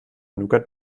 nougat